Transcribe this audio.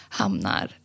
hamnar